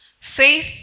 faith